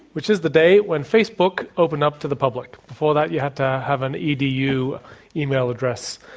which is the day when facebook opened up to the public. before that, you had to have an edu email address.